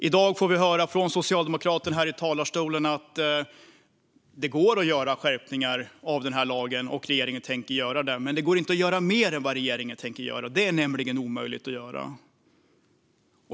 I dag får vi höra från socialdemokraten här i talarstolen att det går att göra skärpningar av denna lag och att regeringen tänker göra det. Men det går inte att göra mer än vad regeringen tänker göra. Det är nämligen omöjligt att göra.